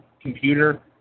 computer